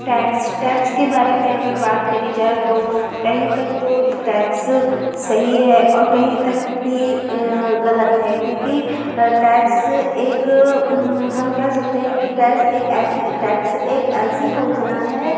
tax tax के बारे में अगर बात करी जाए तो कही तक तो टैक्स सही है और कही तक भी गलत है क्योंकि टैक्स एक हम कह सकते हैं कि टैक्स एक ऐसी टैक्स एक ऐसी योजना है